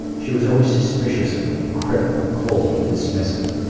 she was always suspicious of me, critical, cold and dismissive.